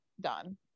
done